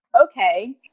Okay